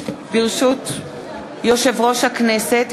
ברשות יושב-ראש הכנסת,